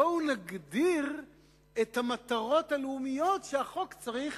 בואו נגדיר את המטרות הלאומיות שהחוק צריך